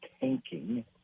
tanking